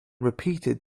repeated